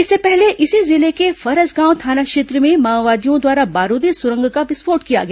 इससे पहले इसी जिले के फरसगांव थाना क्षेत्र में माओवादियों द्वारा बारूदी सुरंग का विस्फोट किया गया